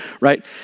right